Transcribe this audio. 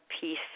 peace